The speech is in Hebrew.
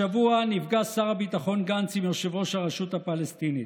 השבוע נפגש שר הביטחון גנץ עם יושב-ראש הרשות הפלסטינית,